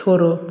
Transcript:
छोड़ो